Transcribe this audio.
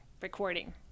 recording